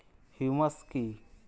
Humus কি?